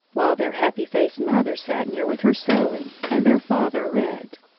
while their happy-faced mother sat near with her sewing, and their father read.